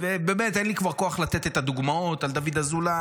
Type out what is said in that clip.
ובאמת אין לי כבר כוח לתת את הדוגמאות על דוד אזולאי,